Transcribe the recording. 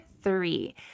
three